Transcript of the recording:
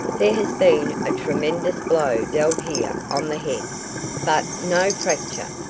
there has been a tremendous blow dealt here on the head but no fracture,